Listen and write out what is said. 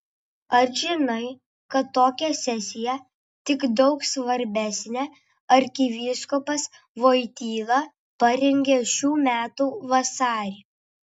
ar žinai kad tokią sesiją tik daug svarbesnę arkivyskupas voityla parengė šių metų vasarį